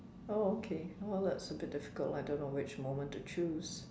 oh okay well that's a bit difficult I don't know which moment to choose